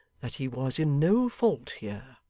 that he was in no fault here